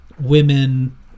women